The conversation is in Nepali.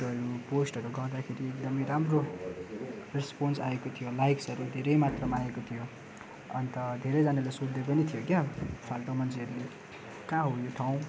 फोटोहरू पोस्टहरू गर्दाखेरि एकदमै राम्रो रेस्पन्स आएको थियो लाइक्सहरू धेरै मात्रामा आएको थियो अन्त धेरैजनाले सोध्दै पनि थियो क्या हो फाल्टो मान्छेहरूले कहाँ हो यो ठाउँ